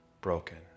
Broken